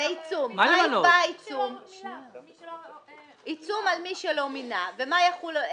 ועיצום על מי שלא מינה, מה יקבע העיצום?